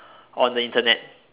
on the Internet